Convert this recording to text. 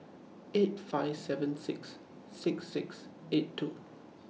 eight five seven six six six eight two